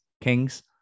King's